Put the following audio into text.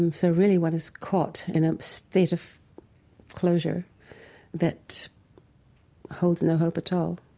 um so really one is caught in a state of closure that holds no hope at all.